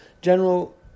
General